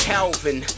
Calvin